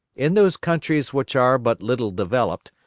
in those countries which are but little developed,